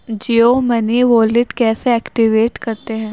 Jio money wallet کیسے activate کرتے ہیں